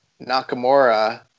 nakamura